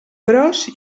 pros